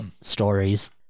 stories